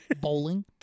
Bowling